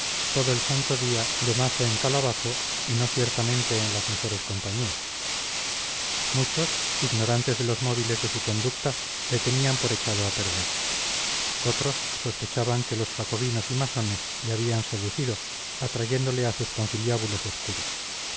todo el santo día de mazo en calabazo y no ciertamente en las mejores compañías muchos ignorantes de los móviles de su conducta le tenían por echado a perder otros sospechaban que los jacobinos y masones le habían seducido atrayéndole a sus conciliábulos obscuros